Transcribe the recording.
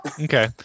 Okay